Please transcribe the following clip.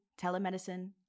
telemedicine